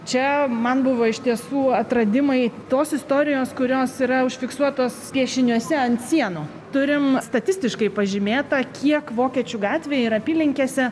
čia man buvo iš tiesų atradimai tos istorijos kurios yra užfiksuotos piešiniuose ant sienų turim statistiškai pažymėta kiek vokiečių gatvėj ir apylinkėse